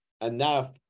enough